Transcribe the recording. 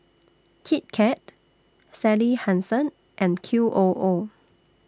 Kit Kat Sally Hansen and Qoo